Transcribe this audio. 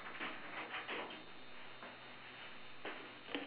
hello hi